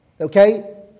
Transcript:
Okay